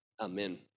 Amen